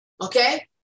okay